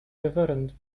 reverend